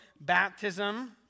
baptism